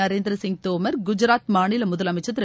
நரேந்திர சிங் தோமர் குஜாத் மாநில முதலமைச்சர் திரு